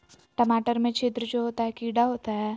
टमाटर में छिद्र जो होता है किडा होता है?